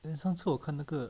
there 上次我看那个